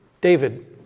David